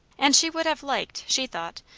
and she would have liked, she thought,